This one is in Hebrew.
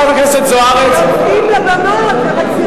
איפה כל החברים שיוצאים לבמות ומצהירים?